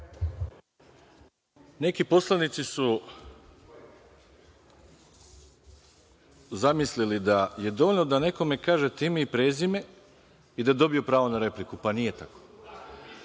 Neki poslanici su zamislili da je dovoljno da nekome kažete ime i prezime i da dobije pravo na repliku. Pa, nije